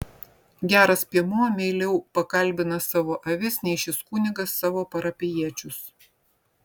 geras piemuo meiliau pakalbina savo avis nei šis kunigas savo parapijiečius